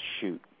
shoot